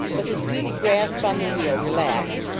but his weak grasp on the wheel relaxed,